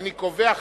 ואני קובע,